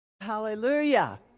Hallelujah